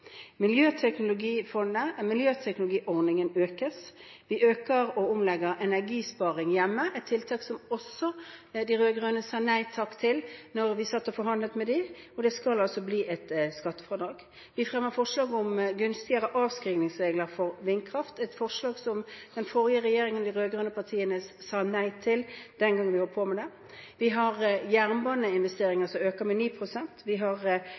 Miljøteknologiordningen økes. Vi øker og omlegger energisparing hjemme, et tiltak som også de rød-grønne sa nei takk til da vi satt og forhandlet med dem, og det skal altså bli et skattefradrag. Vi fremmer forslag om gunstigere avskrivningsregler for vindkraft, et forslag som den forrige regjeringen, de rød-grønne partiene, sa nei til den gangen vi holdt på med det. Vi har jernbaneinvesteringer som øker med 9 pst. Vi har